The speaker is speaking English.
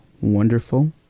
Wonderful